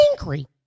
angry